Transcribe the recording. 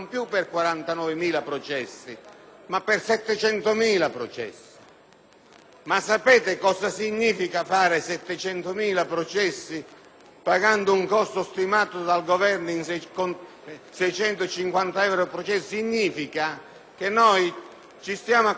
Sapete cosa significa fare 700.000 processi pagando un costo stimato dal Governo in 650 euro a processo? Significa che ci stiamo accollando un costo di 400 milioni di euro